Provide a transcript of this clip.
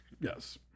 Yes